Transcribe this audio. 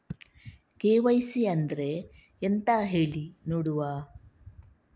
KYC ಅಂದ್ರೆ ಎಂತ ಹೇಳಿ ನೋಡುವ?